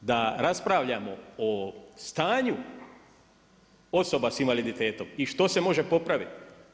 O tome da raspravljamo o stanju osoba s invaliditetom i što se može popraviti.